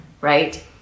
Right